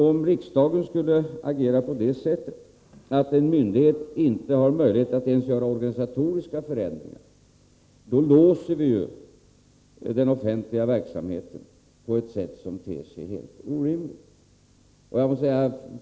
Om riksdagen skulle agera på det sättet att en myndighet inte har möjlighet att ens göra organisatoriska förändringar, låser vi ju den offentliga verksamheten på ett sätt som ter sig helt orimligt.